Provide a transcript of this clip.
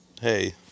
hey